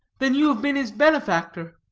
then you have been his benefactor?